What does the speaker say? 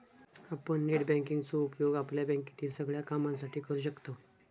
आपण net banking चो उपयोग आपल्या बँकेतील सगळ्या कामांसाठी करू शकतव